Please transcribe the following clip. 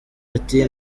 ati